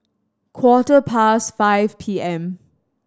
quarter past five P M